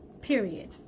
period